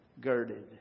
girded